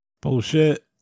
Bullshit